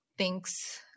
thinks